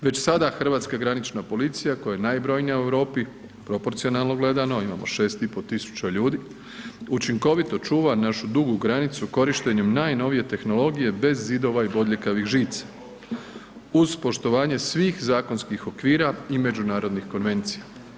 Već sada hrvatska granična policija koja je najbrojnija u Europi, proporcionalno gledano, imamo 6500 ljudi, učinkovito čuva našu dugu granicu korištenjem najnovije tehnologije bez zidova i bodljikavih žica uz poštovanje svih zakonskih okvira i međunarodnih konvencija.